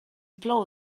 plou